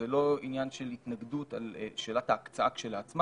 זה לא עניין של התנגדות על שאלת הקצאה כשלעצמה.